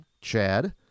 Chad